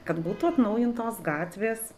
kad būtų atnaujintos gatvės